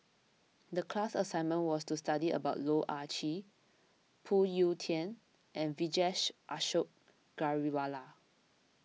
the class assignment was to study about Loh Ah Chee Phoon Yew Tien and Vijesh Ashok Ghariwala